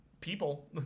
people